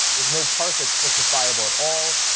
there is no part that's justifiable at all.